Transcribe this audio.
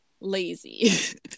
lazy